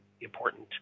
important